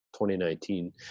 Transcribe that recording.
2019